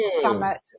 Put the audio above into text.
summit